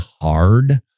hard